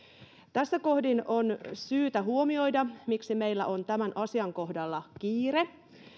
tässä kohdin on syytä huomioida miksi meillä on tämän asian kohdalla kiire